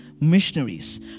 missionaries